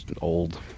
old